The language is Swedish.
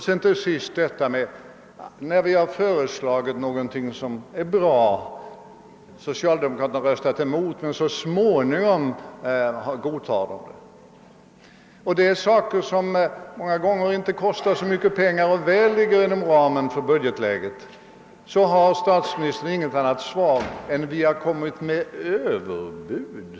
Många gånger när vi har föreslagit någonting som är bra har socialdemokraterna först röstat emot men så småningom godtagit det. Det har många gånger gällt saker som inte kostar mycket pengar och som väl ryms inom budgetramen. På detta konstaterande har statsministern inte något annat svar än att vi har kommit med överbud.